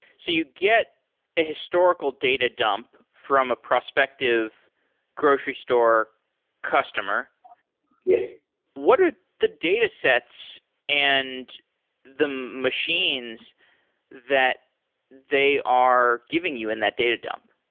so you get a historical data dump from a prospective grocery store customer yes what are the datasets and the machines that they are giving you in that data dump?